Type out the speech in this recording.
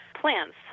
plants